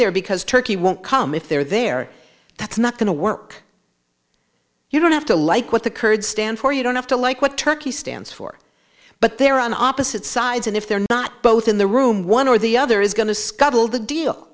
there because turkey won't come if they're there that's not going to work you don't have to like what the kurds stand for you don't have to like what turkey stands for but they're on opposite sides and if they're not both in the room one or the other is going to